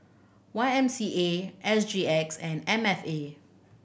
Y M C A S G X and M F A